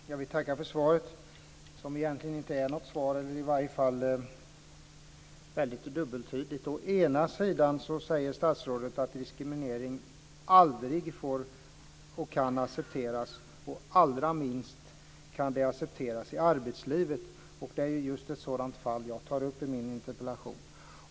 Fru talman! Jag vill tacka för svaret, som egentligen inte är något svar. Det är i alla fall väldigt dubbeltydigt. Å ena sidan säger statsrådet att diskriminering aldrig kan accepteras, och att det allra minst kan accepteras i arbetslivet. Det är just ett sådant fall som jag tar upp i min interpellation.